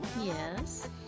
Yes